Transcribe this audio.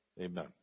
Amen